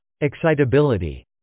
excitability